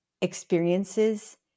experiences